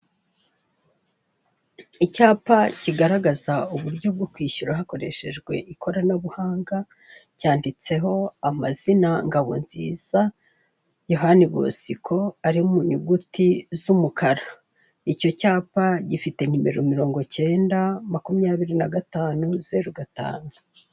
Icyapa kigaragaza uburyo bwo kwishyura hakoreshejwe ikoranabuhanga, cyanditseho amazina Ngabonziza Yohani Bosco ari mu nyuguti z'umukara. Icyo cyapa gifife nimero mirongo icyenda, makumyabiri na gatanu, zeru gatanu.